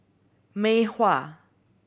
Mei Hua